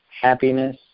happiness